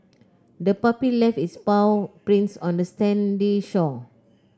the puppy left its paw prints on the sandy shore